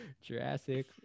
jurassic